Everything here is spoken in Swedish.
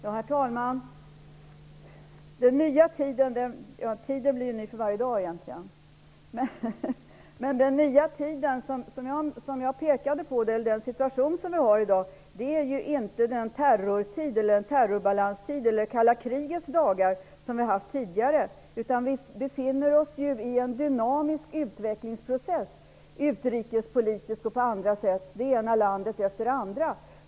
Herr talman! Tiden är ju ny varje dag. Den nya tiden som jag pekade på är dagens situation, utan terrorbalans och det kalla kriget. Vi befinner oss i en dynamisk utvecklingsprocess utrikespolitiskt sett och på andra sätt. Det gäller i det ena landet efter det andra.